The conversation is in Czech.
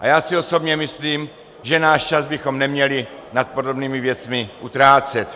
A já si osobně myslím, že náš čas bychom neměli nad podobnými věcmi utrácet.